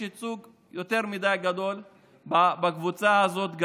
ייצוג יותר מדי גדול גם בקבוצה הזאת.